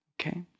Okay